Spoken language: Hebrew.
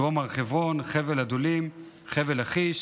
דרום הר חברון, חבל עדולם, חבל לכיש